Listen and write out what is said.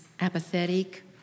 apathetic